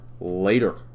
later